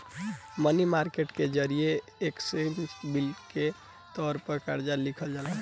मनी market के जरिए exchange bill के तौर पर कर्जा लिहल जाला